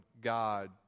God